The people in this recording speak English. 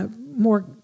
more